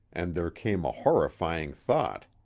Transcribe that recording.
and there came a horrifying thought.